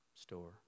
store